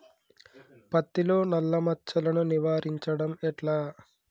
పత్తిలో నల్లా మచ్చలను నివారించడం ఎట్లా?